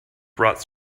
brought